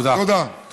תודה רבה.